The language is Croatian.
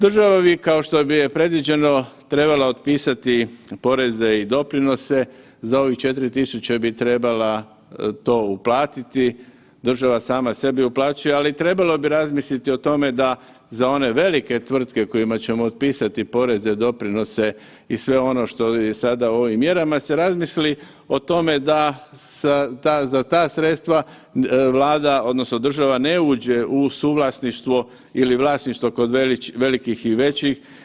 Država bi kao što je predviđeno trebala otpisati poreze i doprinose, za ovih 4.000 bi trebala to uplatiti, država sama sebi uplaćuje ali trebalo bi razmisliti i o tome da za one velike tvrtke kojima ćemo otpisati poreze, doprinose i sve ono što je sada u ovim mjerama se razmisli o tome da za ta sredstva Vlada odnosno država ne uđe u suvlasništvo ili vlasništvo kod velikih i većih.